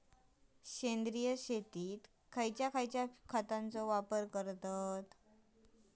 सेंद्रिय शेतात खयच्या खयच्या खतांचो वापर करतत?